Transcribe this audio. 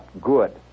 good